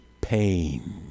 pain